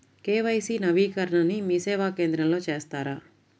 KYC నవీకరణని మీసేవా కేంద్రం లో చేస్తారా?